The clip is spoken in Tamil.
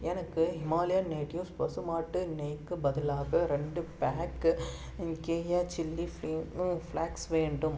எனக்கு ஹிமாலயன் நேட்டிவ்ஸ் பசு மாட்டு நெய்க்கு பதிலாக ரெண்டு பேக்கு கேயா சில்லி ஃப்ளாக்ஸ் வேண்டும்